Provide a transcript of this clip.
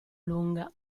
lunga